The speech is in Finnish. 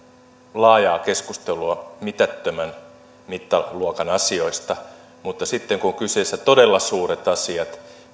laajaa keskustelua mitättömän mittaluokan asioista mutta sitten kun kyseessä ovat todella suuret asiat